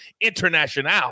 international